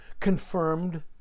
confirmed